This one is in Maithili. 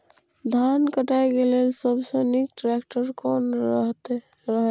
धान काटय के लेल सबसे नीक ट्रैक्टर कोन रहैत?